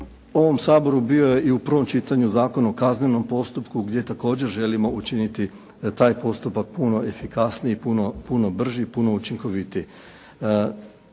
ovom Saboru bio je i u prvom čitanju Zakon o kaznenom postupku gdje također želimo učiniti taj postupak puno efikasniji, puno brži, puno učinkovitiji.